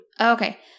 okay